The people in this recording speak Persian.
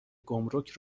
گمرک